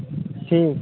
ठीक